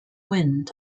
wind